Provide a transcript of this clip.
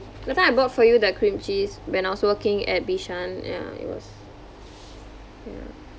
that time I bought for you the cream cheese when I was working at bishan ya it was ya